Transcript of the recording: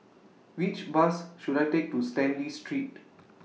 Which Bus should I Take to Stanley Street